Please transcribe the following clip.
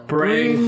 Bring